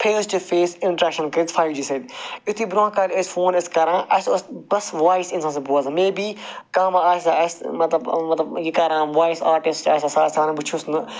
face to face interaction کٔرِتھ five G سٍتۍ یُتھُے برٛونٛہہ کالہِ أسۍ فون أسۍ کَران اَسہِ اوس بس وایِس أمۍ سٕنٛز بوزان مے بی کانٛہہ ما آسہِ ہا اَسہِ مَطلَب مَطلَب یہِ کَران وایِس آٹِسٹہٕ آسہِ آسان بہٕ چھُس نہٕ